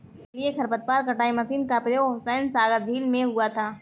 जलीय खरपतवार कटाई मशीन का प्रयोग हुसैनसागर झील में हुआ था